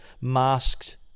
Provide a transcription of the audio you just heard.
masked